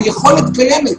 היכולת קיימת.